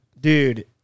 Dude